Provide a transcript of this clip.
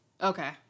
Okay